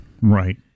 Right